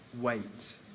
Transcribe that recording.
wait